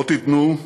לא תיתנו,